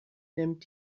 nimmt